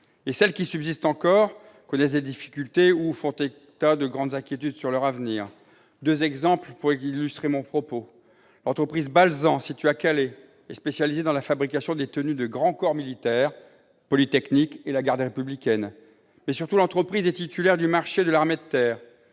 industries qui subsistent connaissent des difficultés ou font état de grandes inquiétudes sur leur avenir. Je citerai plusieurs exemples pour illustrer mon propos. L'entreprise Balsan, située à Calais, est spécialisée dans la fabrication des tenues des grands corps militaires, tels que la Garde républicaine ou l'École polytechnique. Surtout, l'entreprise est titulaire du marché de l'Armée de terre.